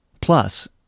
Plus